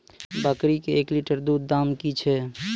बकरी के एक लिटर दूध दाम कि छ?